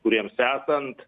kuriems esant